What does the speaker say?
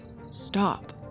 stop